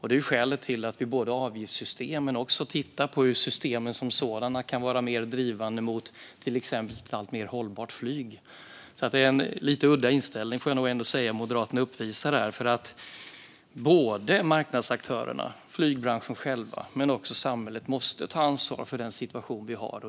Det är skälet till att vi har avgiftssystem och också tittar på hur systemen som sådana kan vara mer drivande mot till exempel ett alltmer hållbart flyg. Det är därför en lite udda inställning, får jag nog ändå säga, som Moderaterna uppvisar. Både marknadsaktörerna, flygbranschen själv, och samhället måste ta ansvar för den situation som vi har.